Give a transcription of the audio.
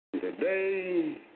Today